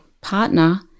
partner